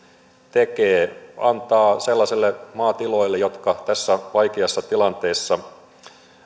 tekee antaa sellaisille maatiloille jotka tässä vaikeassa tilanteessa